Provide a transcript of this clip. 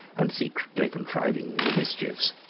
and secretly contriving new mischiefs.